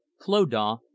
clodagh